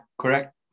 correct